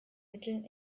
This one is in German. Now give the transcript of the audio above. mitteln